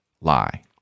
lie